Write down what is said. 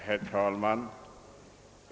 Herr talman!